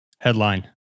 Headline